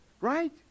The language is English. Right